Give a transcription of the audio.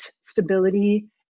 stability